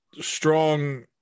strong